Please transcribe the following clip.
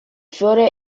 fiore